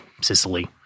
Sicily